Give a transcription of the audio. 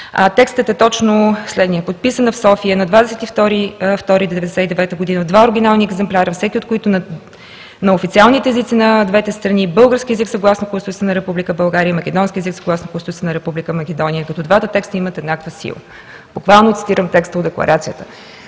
Текстът е следният: „Подписан е в София на 22.02.1999 г. в два оригинални екземпляра, всеки от които – на официалните езици на двете страни: български език съгласно Конституцията на Република България и македонски език съгласно Конституцията на Република Македония, като двата текста имат еднаква сила.“ Буквално цитирам текста от Декларацията.